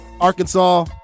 Arkansas